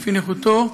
לפי נכותו,